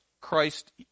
Christ